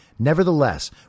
Nevertheless